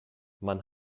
man